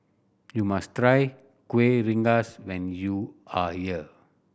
you must try Kueh Rengas when you are here